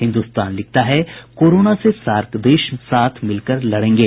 हिन्दुस्तान लिखता है कोरोना से सार्क देश साथ मिलकर लड़ेंगे